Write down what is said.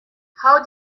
how